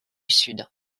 sud